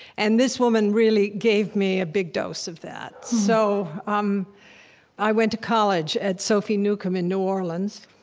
and this woman really gave me a big dose of that so um i went to college at sophie newcomb in new orleans,